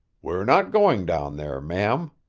we're not going down there, ma'am,